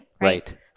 Right